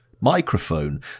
microphone